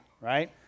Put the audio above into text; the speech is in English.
right